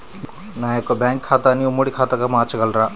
నా యొక్క బ్యాంకు ఖాతాని ఉమ్మడి ఖాతాగా మార్చగలరా?